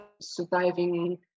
surviving